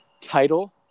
title